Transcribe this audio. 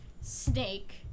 Snake